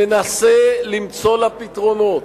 מנסה למצוא לה פתרונות,